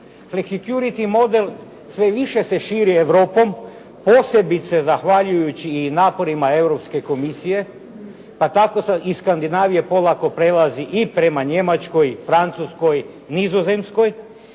Flexicurity model sve više se širi Europom, posebice zahvaljujući naporima Europske komisije pa tako iz Skandinavije polako prelazi i prema Njemačkoj, Francuskoj, Nizozemskoj.